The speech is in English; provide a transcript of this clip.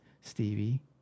Stevie